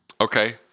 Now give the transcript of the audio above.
Okay